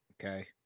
okay